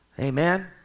amen